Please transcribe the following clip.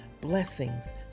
blessings